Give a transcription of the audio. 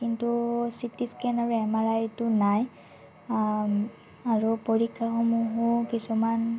কিন্তু C T scan আৰু M R আইটো নাই আৰু পৰীক্ষাসমূহো কিছুমান